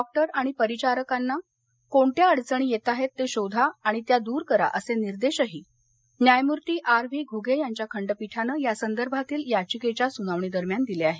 doctor आणि परिचारिकांना कोणत्या अडचणी येताहेत ते शोधा आणि त्या दूर करा असे निर्देशही न्यायमुर्ती आर व्ही घुगे यांच्या खंडपीठानं या संदर्भातील याचिकेच्या सुनावणी दरम्यान दिले आहेत